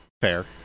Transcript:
Fair